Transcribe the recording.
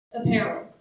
apparel